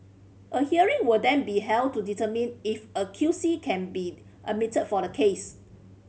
a hearing will then be held to determine if a Q C can be admitted for the case